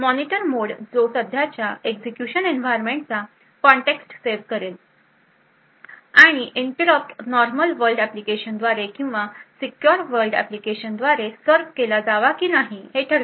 monitor mode जो सध्याच्या execution एन्व्हायरमेंटचा कन्टॅक्स्ट सेव्ह करेल आणि इंटरप्ट नॉर्मल वर्ल्ड एप्लीकेशन द्वारे किंवा सीक्युर वर्ल्ड एप्लीकेशनद्वारे सर्व्ह केला जावा की नाही हे ठरवेल